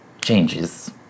changes